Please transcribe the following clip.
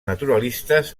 naturalistes